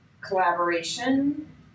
collaboration